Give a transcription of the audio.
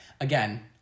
Again